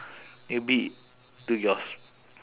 newbie to your s~